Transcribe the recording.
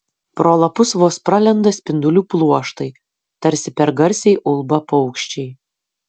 pro lapus vos pralenda spindulių pluoštai tarsi per garsiai ulba paukščiai